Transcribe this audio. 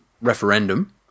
referendum